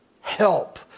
Help